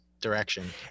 Direction